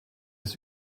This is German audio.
des